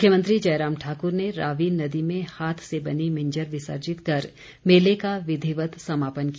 मुख्यमंत्री जयराम ठाक्र ने रावी नदी में हाथ से बनी मिंजर विसर्जन कर मेले का विधिवत समापन किया